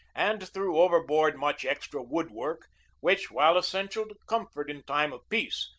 and threw overboard much extra wood-work which, while essential to comfort in time of peace,